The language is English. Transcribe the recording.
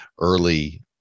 early